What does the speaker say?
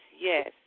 yes